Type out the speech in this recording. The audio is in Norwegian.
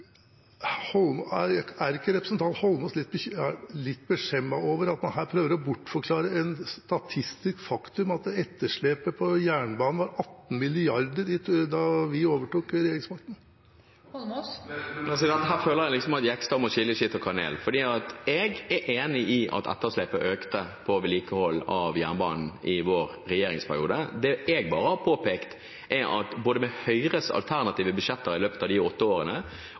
Er ikke representanten Eidsvoll Holmås litt beskjemmet over at man her prøver å bortforklare et statistisk faktum, at etterslepet på jernbanen var på 18 mrd. kr da vi overtok regjeringsmakten? Her føler jeg at Jegstad må skille skitt og kanel. Jeg er enig i at etterslepet på vedlikehold av jernbanen økte i vår regjeringsperiode. Det jeg har påpekt, er at både med Høyres alternative budsjetter i løpet av de åtte årene